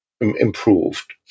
improved